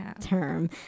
term